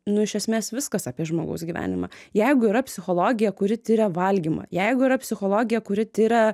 nu iš esmės viskas apie žmogaus gyvenimą jeigu yra psichologija kuri tiria valgymą jeigu yra psichologija kuri tiria